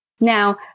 Now